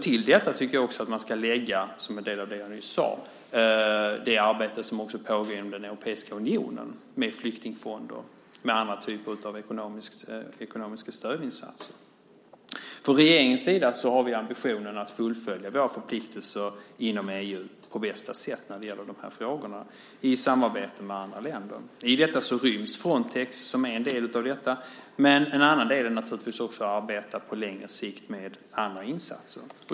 Till detta tycker jag att man ska lägga, som jag nyss sade, det arbete som pågår inom den europeiska unionen med flyktingfonder och andra typer av ekonomiska stödinsatser. Från regeringens sida har vi i dessa frågor ambitionen att på bästa sätt fullfölja våra förpliktelser inom EU i samarbete med andra länder. I detta ryms Frontex, som är en del av detta. En annan del är naturligtvis att arbeta på längre sikt med andra insatser.